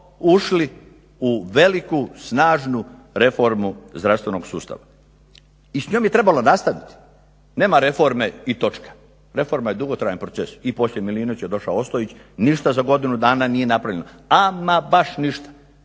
ušli u veliku snažnu reformu zdravstvenog sustava i s njom je trebalo nastaviti. Nema reforme i točka. Reforma je dugotrajan proces. I poslije Milinovića je došao Ostojić, ništa za godinu dana nije napravljeno, ama baš ništa,